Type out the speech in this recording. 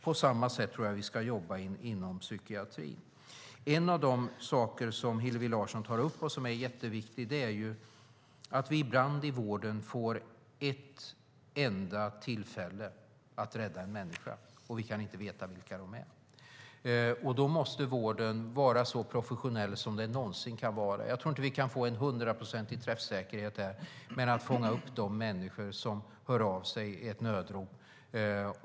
På samma sätt ska vi jobba inom psykiatrin. En av de saker som Hillevi Larsson tar upp och som är jätteviktig är ju att man ibland i vården får ett enda tillfälle att rädda en människa, och man kan inte veta vilka de människorna är. Då måste vården vara så professionell som den någonsin kan vara. Vi kan nog inte få en hundraprocentig träffsäkerhet, men vi ska fånga upp de människor som hör av sig genom ett nödrop.